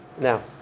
Now